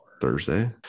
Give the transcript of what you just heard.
Thursday